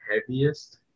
heaviest